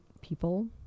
people